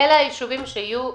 אלה היישובים שיהיו בבדיקה.